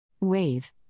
Wave